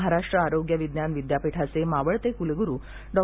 महाराष्ट्र आरोग्य विज्ञान विद्यापीठाचे मावळते कुलगुरू डॉ